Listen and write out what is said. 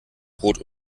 brot